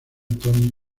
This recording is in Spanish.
tony